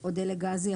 או דלק גזי,